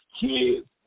kids